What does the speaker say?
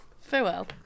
Farewell